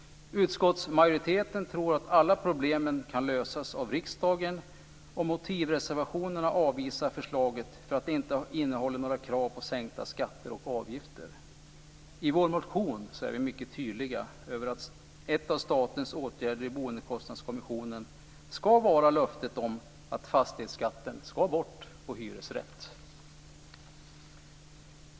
Utskottsmajoriteten tror att alla problem kan lösas av riksdagen, och i motivreservationerna avvisas förslaget för att det inte innehåller några krav på sänkta skatter och avgifter. I vår motion är vi mycket tydliga; ett av statens åtgärder i boendekostnadskommissionen ska vara löftet om att fastighetsskatten ska bort på hyresrätt.